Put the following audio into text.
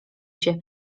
się